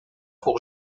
pour